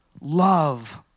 love